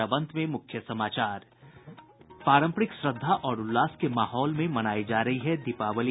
और अब अंत में मुख्य समाचार पारंपरिक श्रद्धा और उल्लास के माहौल में मनायी जा रही है दीपावली